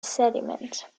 sediment